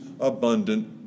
abundant